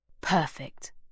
Perfect